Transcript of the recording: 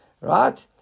right